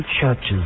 churches